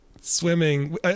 swimming